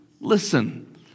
listen